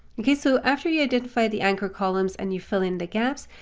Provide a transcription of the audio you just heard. okay, so after you identify the anchor columns, and you fill in the gaps,